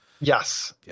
Yes